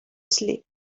slip